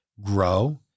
grow